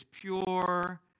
pure